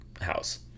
House